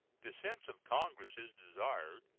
the sense of congress is desired,